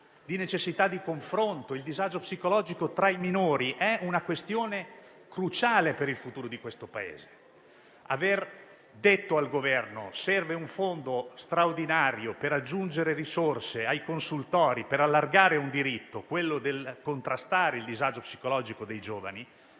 la necessità del confronto. Il disagio psicologico tra i minori è una questione cruciale per il futuro di questo Paese. Si è detto al Governo che serve un fondo straordinario per aggiungere risorse ai consultori, per allargare un diritto, quello di contrastare il disagio psicologico dei giovani.